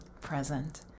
present